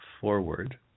forward